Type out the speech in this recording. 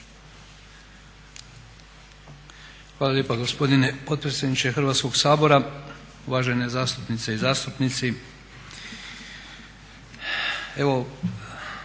Hvala lijepa gospodine potpredsjedniče Hrvatskog sabora, uvažene zastupnice i zastupnici.